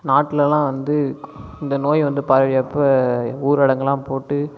நாட்டுலெலாம் வந்து இந்த நோய் வந்து பரவியப்போ ஊரடங்கலாம் போட்டு